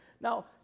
Now